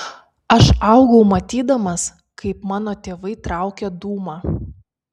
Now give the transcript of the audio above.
aš augau matydamas kaip mano tėvai traukia dūmą